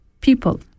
people